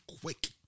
quick